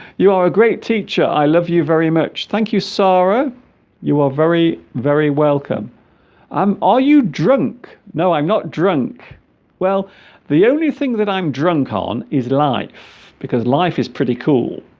you are a great teacher i love you you very much thank you sorrow you are very very welcome um are you drunk no i'm not drunk well the only thing that i'm drunk ah on is life because life is pretty cool